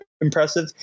impressive